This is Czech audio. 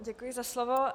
Děkuji za slovo.